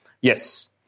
Yes